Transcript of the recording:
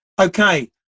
Okay